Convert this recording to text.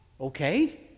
okay